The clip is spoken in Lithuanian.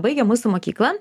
baigė mūsų mokyklą